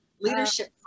leadership